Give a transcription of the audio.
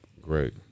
Great